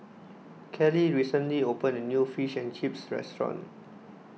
Kelly recently opened a new Fish and Chips restaurant